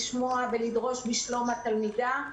לשמוע ולדרוש בשלום התלמידה,